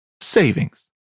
savings